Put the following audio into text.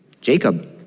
Jacob